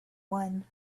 one